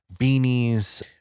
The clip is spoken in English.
beanies